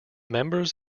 members